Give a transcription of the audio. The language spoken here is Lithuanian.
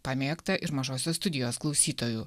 pamėgtą ir mažosios studijos klausytojų